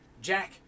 Jack